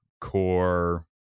core